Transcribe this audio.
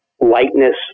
lightness